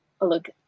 Look